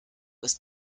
ist